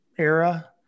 era